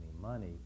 money